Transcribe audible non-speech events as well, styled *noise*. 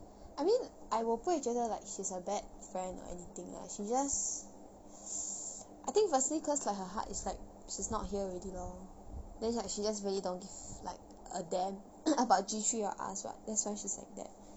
I mean I will 不会觉得 like she's a bad friend or anything lah she just *breath* I think firstly because like her heart is like she's not here already lor then like she just really don't give a damn about G three or us [what] that's why she's like that